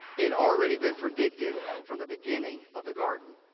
it'd already been predicted from the beginning of the garden.